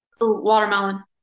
Watermelon